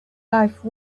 life